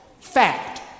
Fact